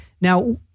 now